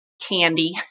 candy